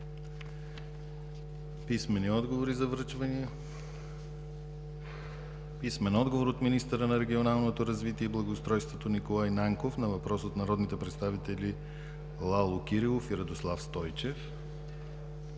Писмени отговори за връчвания от: - от министъра на регионалното развитие и благоустройството Николай Нанков на въпрос от народните представители Лало Кирилов и Радослав Стойчев;